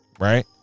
Right